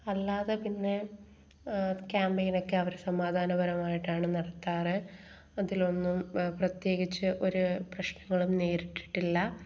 അല്ലാതെ പിന്നെ കാമ്പയിൻ ഒക്കെ അവർ സമാധാനപരമായിട്ടാണ് നടത്താറ് അതിലൊന്നും പ്രത്യേകിച്ച് ഒരു പ്രശ്നങ്ങളൊന്നും നേരിട്ടിട്ടില്ല